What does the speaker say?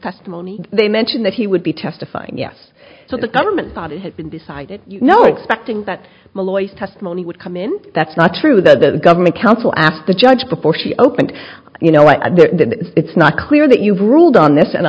testimony they mention that he would be testifying yes so the government thought it had been decided you know expecting that malloy testimony would come in that's not true that the government counsel asked the judge before she opened you know i it's not clear that you've ruled on this and